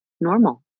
normal